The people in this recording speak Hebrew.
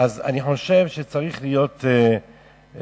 אני חושב שצריך להיות דבר